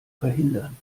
verhindern